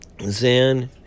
Zan